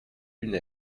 une